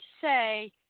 say